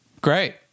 great